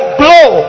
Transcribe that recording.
blow